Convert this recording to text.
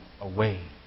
away